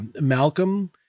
Malcolm